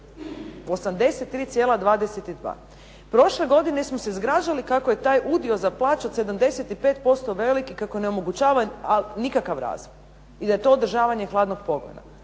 plaće. Prošle godine smo se zgražali kako je taj udio za plaće od 75% velik i kako ne omogućava nikakav razvoj i da je to održavanje hladnog pogona.